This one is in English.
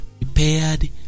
prepared